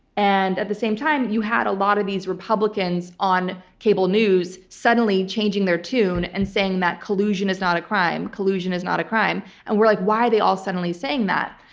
and at the same time, you had a lot of these republicans on cable news suddenly changing their tune and saying that collusion is not a crime. collusion is not a crime. and we're like, why are they all suddenly saying that?